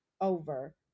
over